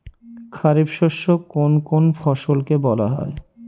খারিফ শস্য কোন কোন ফসলকে বলা হয়?